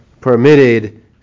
permitted